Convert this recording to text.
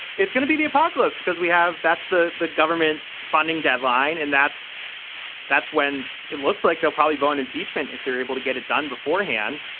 it's going to be the apocalypse because we have that's the the government funding deadline. and that's that's when it looks like they'll probably vote impeachment if they're able to get it done beforehand.